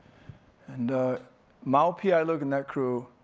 and mau piailug and that crew,